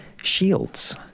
shields